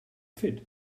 fit